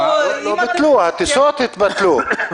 הטיסות התבטלו.